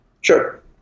Sure